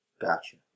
Gotcha